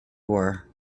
were